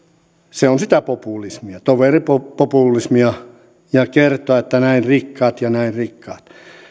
se on sitä populismia toveripopulismia ja kertoa että näin rikkaat ja näin rikkaat